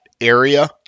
area